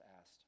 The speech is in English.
asked